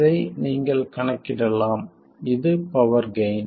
இதை நீங்கள் கணக்கிடலாம் இது பவர் கெய்ன்